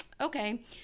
okay